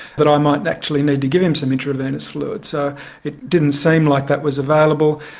that i might actually need to give him some intravenous fluids. so it didn't seem like that was available.